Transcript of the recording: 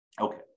Okay